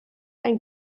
ein